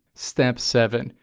step seven.